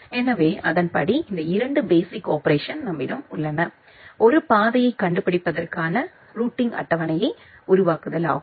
எனவே அதன்படி இந்த 2 பேசிக் ஆபரேஷன்ஸ் நம்மிடம் உள்ளன ஒரு பாதையை கண்டுபிடிப்பதற்கான ரூட்டிங் அட்டவணையை உருவாக்குதல் ஆகும்